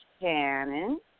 Shannon